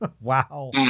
Wow